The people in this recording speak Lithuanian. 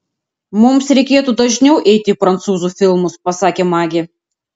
mums reikėtų dažniau eiti į prancūzų filmus pasakė magė